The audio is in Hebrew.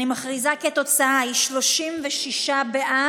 אני מכריזה כי התוצאה היא 36 בעד,